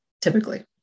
typically